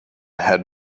had